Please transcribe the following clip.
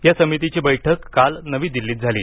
या समितीची बैठक काल नवी दिल्लीत झाली